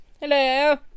hello